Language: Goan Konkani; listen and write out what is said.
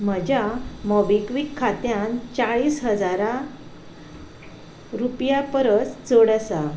म्हज्या मॉबिक्वीक खात्यान चाळीस हजारां रुपया परस चड आसा